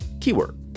Keyword